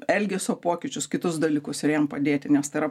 elgesio pokyčius kitus dalykus ir jam padėti nes tai yra